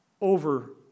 over